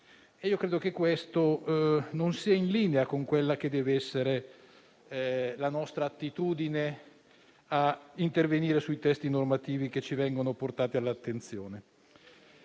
Credo che questo non sia in linea con quella che deve essere la nostra attitudine ad intervenire sui testi normativi che vengono portati alla nostra attenzione.